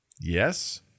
Yes